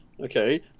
Okay